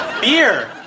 beer